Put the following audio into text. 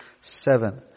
seven